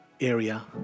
area